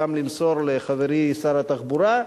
גם למסור לחברי שר התחבורה,